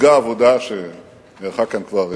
הוצגה עבודה שנערכה כאן, נדמה לי,